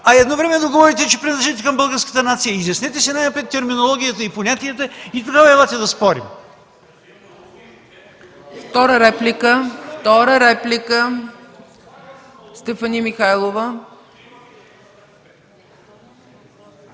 а едновременно говорите, че принадлежите към българската нация. Изяснете си най-напред терминологията и понятията и тогава елате да спорим!